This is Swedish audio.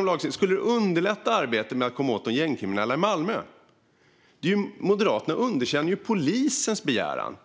lagstiftning skulle det underlätta arbetet med att komma åt de gängkriminella. Moderaterna underkänner polisens begäran.